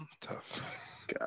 tough